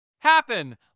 HAPPEN